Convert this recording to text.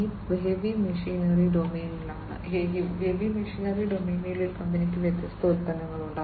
ഇത് heavy machinery ഡൊമെയ്നിലാണ് heavy machinery ഡൊമെയ്നിൽ ഈ കമ്പനിക്ക് വ്യത്യസ്ത ഉൽപ്പന്നങ്ങളുണ്ട്